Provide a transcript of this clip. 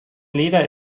leder